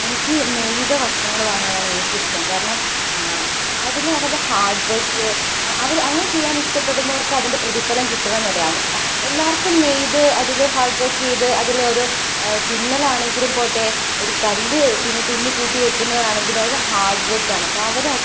എനിക്ക് നെയ്ത വസ്ത്രങ്ങള് വാങ്ങാനാണ് ഏറ്റവുമിഷ്ടം കാരണം അതില് അവരുടെ ഹാർഡ് വർക്ക് അവര് അവര് ചെയ്യാൻ ഇഷ്ടപ്പെടുന്നവർക്ക് അതിൻ്റെ പ്രതിഫലം കിട്ടണന്നല്ലേ അവർക്ക് എല്ലാവർക്കും നെയ്ത് അതില് ഹാർഡ് വർക്കെയ്ത് അതിലൊരു തുന്നലാണെങ്കിലും പോട്ടെ ഒരു കല്ല് പിന്നെ തുന്നികൂട്ടി വെക്കുന്നതാണെങ്കിലും അതൊരു ഹാർഡ് വർക്കാണ് അപ്പോൾ അവര്